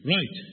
Right